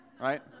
right